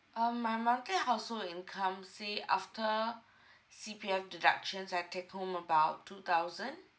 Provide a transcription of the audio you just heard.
um my monthly household income say after C_P_F deductions I take home about two thousand